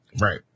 Right